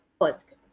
first